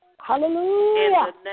Hallelujah